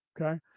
Okay